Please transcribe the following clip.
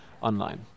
online